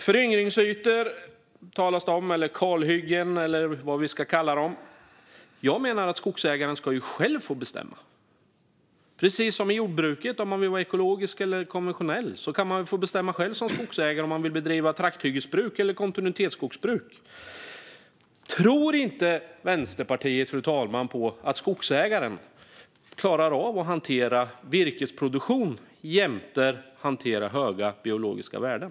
Det talas om föryngringsytor, kalhyggen eller vad vi ska kalla dem. Precis som när det gäller jordbrukarna, som själva bestämmer om ekologiskt eller konventionellt, menar jag att skogsägarna själva ska få bestämma om man vill bedriva trakthyggesbruk eller kontinuitetsskogsbruk. Fru talman! Tror inte Vänsterpartiet att skogsägare klarar av att hantera virkesproduktion jämte höga biologiska värden?